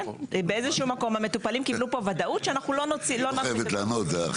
באיזשהו מקום המטופלים קיבלו כאן ודאות שאנחנו לא נפסיק את זה.